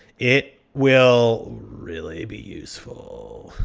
it will really be useful.